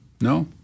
no